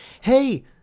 hey